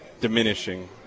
diminishing